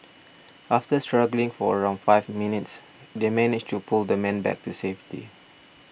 after struggling for around five minutes they managed to pull the man back to safety